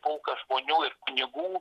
pulką žmonių ir kunigų